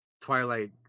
Twilight